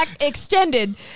extended